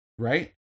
right